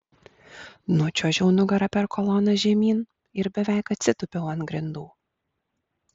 nučiuožiau nugara per koloną žemyn ir beveik atsitūpiau ant grindų